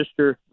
mr